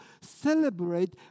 celebrate